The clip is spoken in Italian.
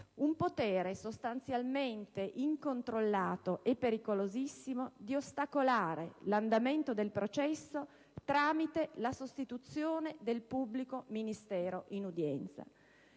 il potere sostanzialmente incontrollato e pericolosissimo di ostacolare l'andamento del processo tramite la sostituzione del pubblico ministero in udienza.